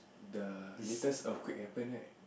the latest earthquake happened right